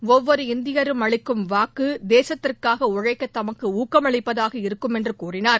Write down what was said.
ஒவ்வொரு இந்தியரும் அளிக்கும் வாக்கு தேசத்திற்காக உழைக்க தமக்கு ஊக்கமளிப்பதாக இருக்கும் என்று கூறினார்